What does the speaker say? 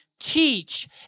teach